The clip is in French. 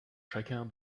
chacun